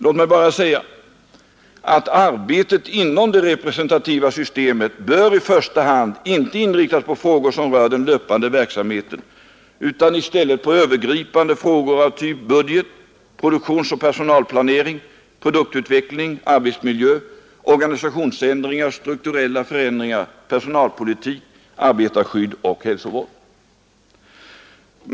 Låt mig bara säga att arbetet inom det representativa systemet bör i första hand inte inriktas på frågor som rör den löpande verksamheten utan i stället på övergripande frågor av typ budget, produktionsoch personalplanering, produktutveckling, arbetsmiljö, organisationsändringar, strukturella förändringar, personalpolitik, arbetarskydd och hälsovård.